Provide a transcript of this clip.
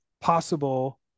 possible